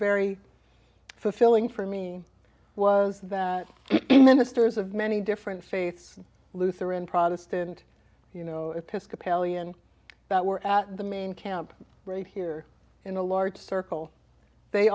very fulfilling for me was that ministers of many different faiths lutheran protestant you know it to skip alien that were at the main camp right here in a large circle they